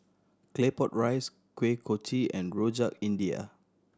Claypot Rice Kuih Kochi and Rojak India